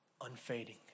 unfading